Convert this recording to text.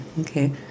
okay